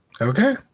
Okay